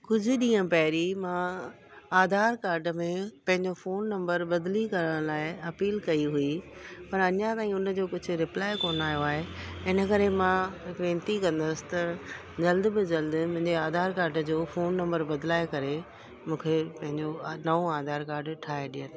कुझु ॾींहं पहिरीं मां आधार काड में पंहिंजो फ़ोन नम्बर बदिली करण लाइ अपील कई हुई पर अञा ताईं हुनजो कुझु रिप्लाय कोन आयो आहे इनकरे मां विनती कंदसि त जल्द में जल्द मुंहिंजे आधार काड जो फ़ोन नम्बर बदिलाए करे मूंखे पंहिंजो नओं आधार काड ठाहे ॾियनि